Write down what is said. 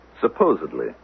Supposedly